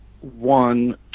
one